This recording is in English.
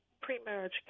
pre-marriage